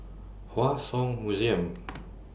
Hua Song Museum